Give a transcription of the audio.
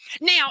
Now